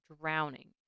drowning